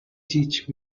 teach